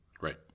Right